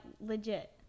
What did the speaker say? legit